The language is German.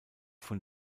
von